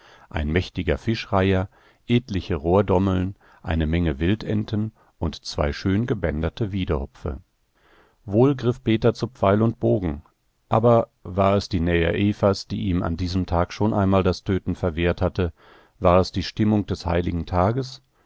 ein mächtiger fischreiher etliche rohrdommeln eine menge wildenten und zwei schön gebänderte wiedehopfe wohl griff peter zu pfeil und bogen aber war es die nähe evas die ihm an diesem tag schon einmal das töten verwehrt hatte war es die stimmung des heiligen tages